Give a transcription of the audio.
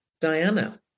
Diana